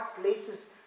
places